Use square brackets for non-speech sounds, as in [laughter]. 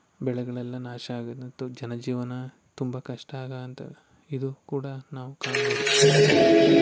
ಬೆಳೆಗಳೆಲ್ಲ ನಾಶ ಆಗಿ ಮತ್ತು ಜನಜೀವನ ತುಂಬ ಕಷ್ಟ ಆಗೋವಂಥ ಇದು ಕೂಡ ನಾವು [unintelligible]